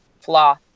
flaw